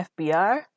FBR